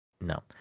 No